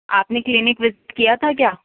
آپ نے clinic visit کیا تھا کیا